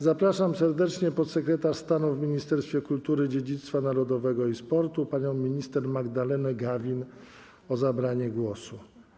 Zapraszam serdecznie podsekretarz stanu w Ministerstwie Kultury, Dziedzictwa Narodowego i Sportu panią minister Magdalenę Gawin do zabrania głosu.